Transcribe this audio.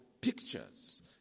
pictures